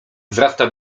wzrasta